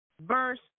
verse